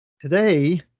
Today